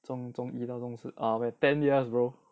中中一到中四 ah ten years bro